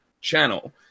channel